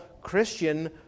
Christian